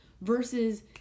versus